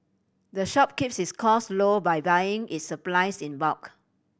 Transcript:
the shop keeps its costs low by buying its supplies in bulk